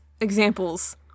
examples